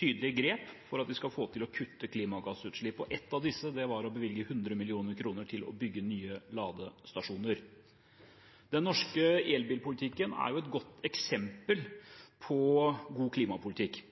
tydelige grep for at vi skal få til å kutte klimagassutslipp. Et av disse grepene var å bevilge 100 mill. kr til å bygge nye ladestasjoner. Den norske elbilpolitikken er et godt eksempel på god klimapolitikk.